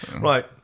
Right